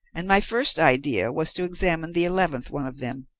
and my first idea was to examine the eleventh one of them.